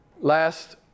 last